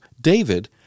David